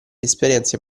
esperienze